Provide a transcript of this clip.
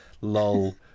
Lol